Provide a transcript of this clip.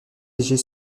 léger